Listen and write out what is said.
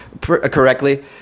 correctly